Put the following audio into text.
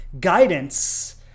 guidance